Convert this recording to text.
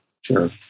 Sure